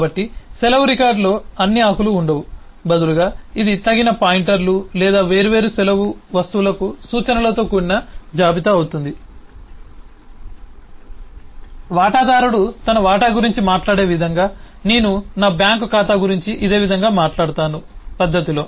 కాబట్టి సెలవు రికార్డులో అన్ని ఆకులు ఉండవు బదులుగా ఇది తగిన పాయింటర్లు లేదా వేర్వేరు సెలవు వస్తువులకు సూచనలతో కూడిన జాబితా అవుతుంది వాటాదారుడు తన వాటా గురించి మాట్లాడే విధంగా నేను నా బ్యాంక్ ఖాతా గురించి ఇదే విధంగా మాట్లాడతాను పద్ధతిలో